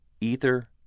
Ether